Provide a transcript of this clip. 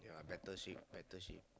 yeah better shape better shape